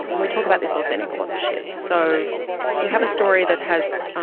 and we talk about this authentic authorship. so if you have a story that has